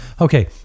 Okay